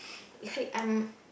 like I'm